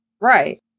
right